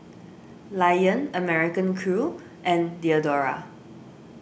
Lion American Crew and Diadora